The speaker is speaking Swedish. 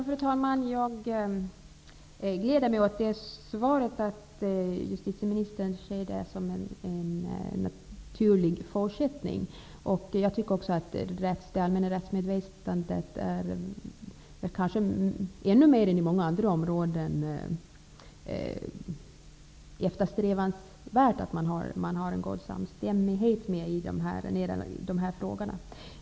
Fru talman! Jag glädjer mig åt att justitieministern ser en parlamentarisk kommitté som en naturlig fortsättning. Jag menar att det på det här området kanske ännu mer än på många andra områden är eftersträvansvärt med en god samstämmighet mellan samhällets uppfattning och det allmänna rättsmedvetandet.